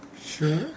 Sure